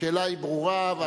השאלה ברורה.